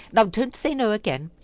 now don't say no again.